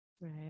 Right